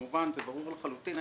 זה ברור לחלוטין,